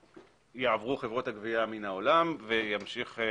תעבורנה חברות הגבייה מן העולם וייפתחו